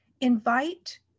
invite